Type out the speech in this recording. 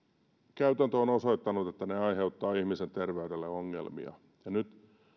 käytäntö osoittanut että ne aiheuttavat ihmisen terveydelle ongelmia ja nyt